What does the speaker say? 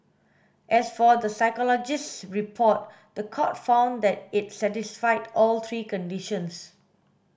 as for the psychologist's report the court found that it satisfied all three conditions